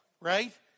right